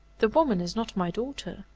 the woman is not my daughter.